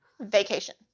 Vacation